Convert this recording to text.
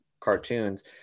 cartoons